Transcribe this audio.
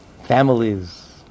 Families